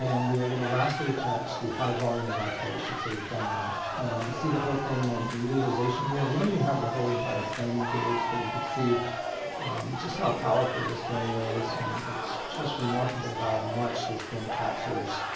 and we are going to lastly attach the high-volume evacuation. so we've done that. and you can see the whole thing in utilization here. we don't even have the whole entire frame engaged. but you could see just how powerful this thing is. and it's just remarkable how much this thing captures.